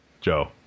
joe